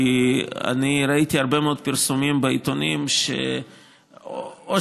כי אני ראיתי הרבה מאוד פרסומים בעיתונים שבהם או